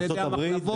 על ידי המחלבות.